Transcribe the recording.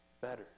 better